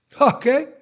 Okay